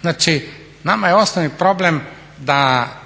Znači nama je osnovni problem da